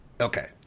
Okay